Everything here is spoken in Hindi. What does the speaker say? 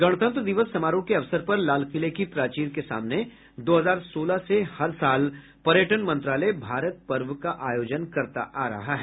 गणतंत्र दिवस समारोह के अवसर पर लाल किले की प्राचीर के सामने दो हजार सोलह से हर साल पर्यटन मंत्रालय भारत पर्व का आयोजन करता आ रहा है